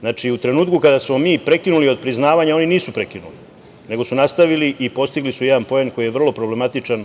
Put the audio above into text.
Znači, u trenutku kada smo mi prekinuli otpriznavanje oni su prekinuli, nego su nastavili i postigli su jedan poen koji je vrlo problematičan